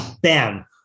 Bam